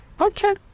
Okay